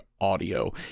audio